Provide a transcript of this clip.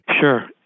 Sure